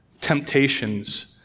temptations